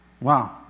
Wow